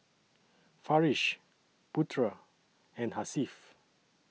Farish Putera and Hasif